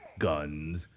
guns